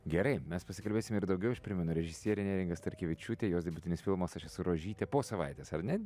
gerai mes pasikalbėsime ir daugiau aš primenu režisierė neringa starkevičiūtė jos debiutinis filmas aš esu rožytė po savaitės ar ne